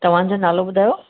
तव्हां जो नालो ॿुधायो